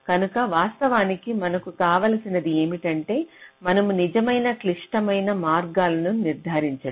కనుక వాస్తవానికి మనకు కావలసినది ఏమిటంటే మనము నిజమైన క్లిష్టమైన మార్గాలను నిర్ధారించడం